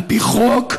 על פי חוק,